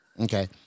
Okay